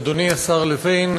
אדוני השר לוין,